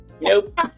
Nope